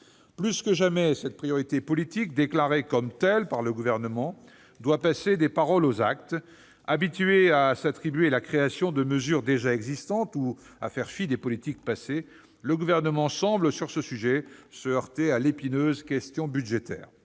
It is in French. Plus que jamais, cette priorité politique, déclarée comme telle par le Gouvernement, doit faire l'objet d'un passage des paroles aux actes. Habitué à s'attribuer la création de mesures déjà existantes ou à faire fi des politiques passées, le Gouvernement semble, sur ce sujet, se heurter à l'épineuse question budgétaire.